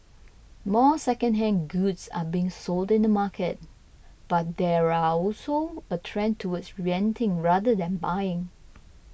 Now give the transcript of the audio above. more secondhand goods are being sold in the market but there are also a trend towards renting rather than buying